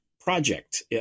project